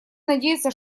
надеяться